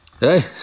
Hey